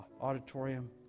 auditorium